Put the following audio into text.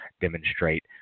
demonstrate